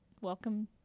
Welcome